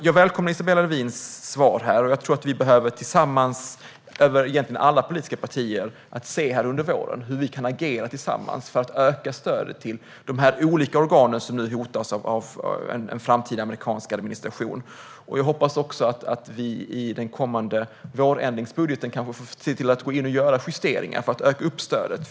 Jag välkomnar Isabella Lövins svar här. Vi behöver i alla politiska partier se under våren hur vi kan agera tillsammans för att öka stödet till de olika organ som nu hotas av en framtida amerikansk administration. Jag hoppas också att vi i den kommande vårändringsbudgeten kan se till att gå in och göra justeringar för att öka stödet.